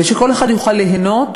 ושכל אחד יוכל ליהנות,